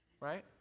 right